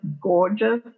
gorgeous